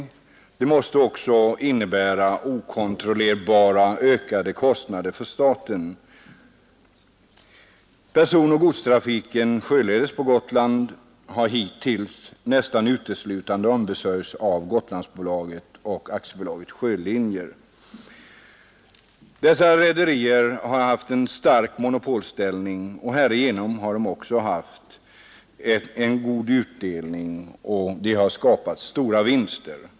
Den måste också innebära okontrollerbara ökade kostnader för staten. Personoch godstrafiken sjöledes på Gotland har hittills nästan uteslutande ombesörjts av Gotlandsbolaget och AB Sjölinjer. Dessa rederier har haft en stark monopolställning. Härigenom har de gjort stora årliga vinster och givit stor utdelning.